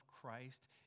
Christ